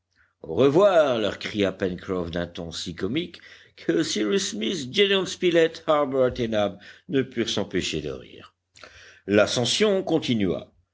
au revoir leur cria pencroff d'un ton si comique que cyrus smith gédéon spilett harbert et nab ne purent s'empêcher de rire l'ascension continua